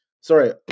Sorry